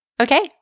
Okay